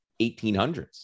1800s